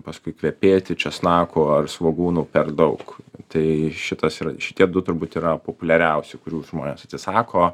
paskui kvepėti česnaku ar svogūnu per daug tai šitas yra šitie du turbūt yra populiariausi kurių žmonės atsisako